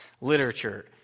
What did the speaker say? literature